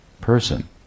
person